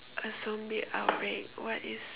a zombie outbreak what is